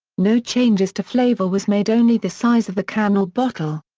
no changes to flavour was made only the size of the can or bottle.